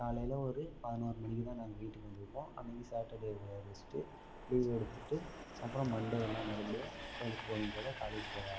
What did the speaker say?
காலையில் ஒரு பதினோரு மணிக்குதான் நாங்கள் வீட்டுக்கு வந்துருப்போம் அன்னக்கு சாட்டர்டே ரெஸ்ட்டு லீவ் எடுத்துட்டு அப்புறம் மன்டே எல்லாம் மறுபடியும் எப்போதும் போல் காலேஜ் போக ஆரம்பிச்சிட்டோம்